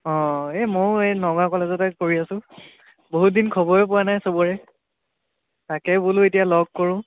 অঁ ময়ো এই নগাঁও কলেজতে কৰি আছোঁ বহুত দিন খবৰে পোৱা নাই চবৰে তাকে বোলো এতিয়া লগ কৰোঁ